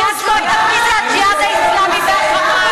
את צודקת בכל מילה.